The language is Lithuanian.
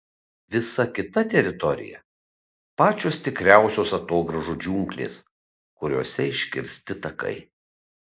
visa kita teritorija pačios tikriausios atogrąžų džiunglės kuriose iškirsti takai